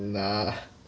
nah